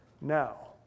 now